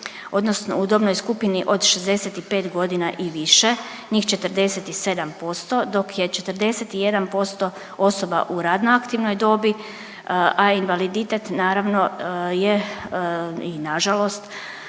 odnosno u dobnoj skupini od 65 godina i više, njih 47% dok je 41% osoba u radno aktivnoj dobi, a invaliditet naravno je i nažalost